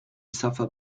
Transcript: suffer